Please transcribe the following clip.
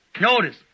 Notice